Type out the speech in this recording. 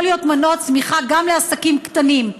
יכול להיות מנוע צמיחה גם לעסקים קטנים.